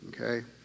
okay